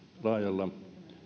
laajalla